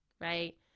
right